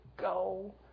go